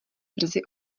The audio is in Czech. brzy